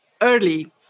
early